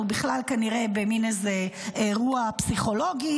אנחנו בכלל, כנראה, במין איזה אירוע פסיכולוגי.